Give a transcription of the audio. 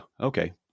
Okay